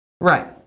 Right